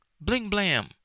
bling-blam